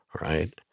right